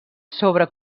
sobre